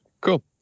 Cool